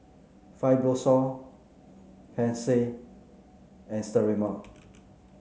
Fibrosol Pansy and Sterimar